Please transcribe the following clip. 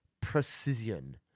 precision